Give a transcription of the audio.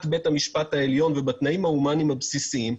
בית המשפט העליון ובתנאים ההומניים הבסיסיים.